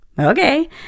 okay